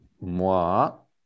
moi